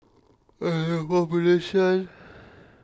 and the proportion